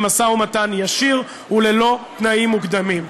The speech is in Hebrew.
למשא-ומתן ישיר וללא תנאים מוקדמים.